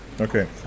Okay